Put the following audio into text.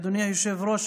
אדוני היושב-ראש,